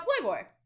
Playboy